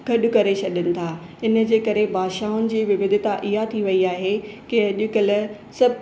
गॾु करे छॾनि था इनजे करे भाषाउनि जे विभिधता इहा थी वई आहे के अॼुकल्ह सभु